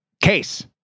case